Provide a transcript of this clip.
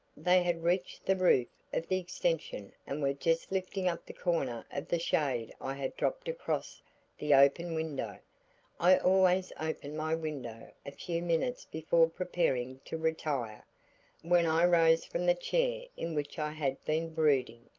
they had reached the roof of the extension and were just lifting up the corner of the shade i had dropped across the open window i always open my window a few minutes before preparing to retire when i rose from the chair in which i had been brooding,